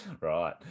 Right